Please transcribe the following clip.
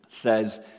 says